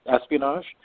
espionage